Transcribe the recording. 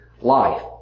life